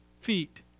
feet